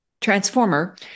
transformer